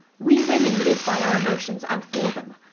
we women live by our emotions and for them.